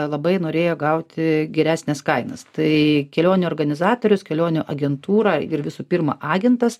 labai norėjo gauti geresnes kainas tai kelionių organizatorius kelionių agentūra ir visų pirma agentas